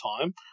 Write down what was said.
time